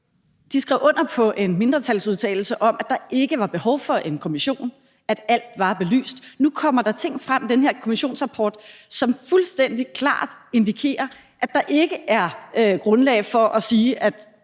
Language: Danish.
De skrev under på en mindretalsudtalelse om, at der ikke var behov for en kommission, at alt var belyst. Nu kommer der ting frem i den her kommissionsrapport, som fuldstændig klart indikerer, at der ikke er grundlag for at sige,